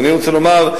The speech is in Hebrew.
אז אני רוצה לומר,